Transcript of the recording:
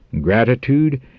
gratitude